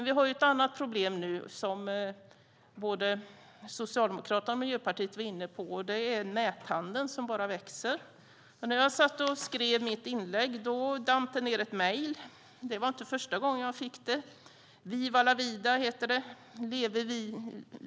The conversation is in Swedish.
Vi har ett annat problem nu som både Socialdemokraterna och Miljöpartiet var inne på. Det är näthandeln som bara växer. När jag skrev mitt inlägg damp det ned ett mejl. Det var inte första gången jag fick det. Viva la vida heter det.